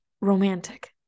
romantic